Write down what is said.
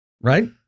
right